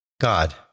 God